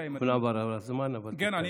אומנם עבר הזמן, אבל, תתכנס.